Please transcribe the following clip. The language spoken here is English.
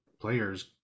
players